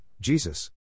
Jesus